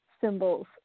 symbols